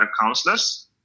counselors